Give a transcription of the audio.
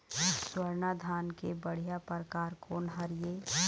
स्वर्णा धान के बढ़िया परकार कोन हर ये?